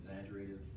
exaggerated